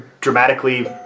dramatically